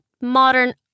Modern